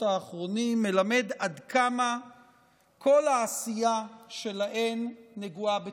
האחרונים מלמד עד כמה כל העשייה שלהן נגועה בצביעות.